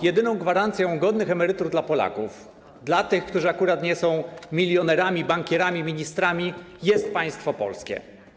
Jedyną gwarancją godnych emerytur dla Polaków, którzy akurat nie są milionerami, bankierami i ministrami, jest państwo polskie.